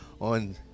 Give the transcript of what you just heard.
on